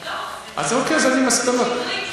לא, אז אוקיי, אז אני מנסה לדבר.